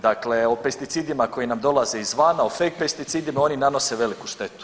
Dakle, o pesticidima koji nam dolaze izvana, o fake pesticidima, oni nanose veliku štetu.